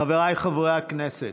חבריי חברי הכנסת,